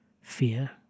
Fear